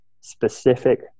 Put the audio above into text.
specific